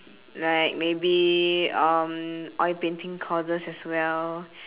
like maybe um oil painting courses as well